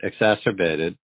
exacerbated